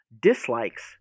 Dislikes